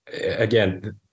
again